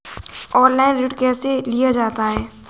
Online ऋण कैसे लिया जाता है?